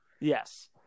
Yes